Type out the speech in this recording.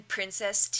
Princess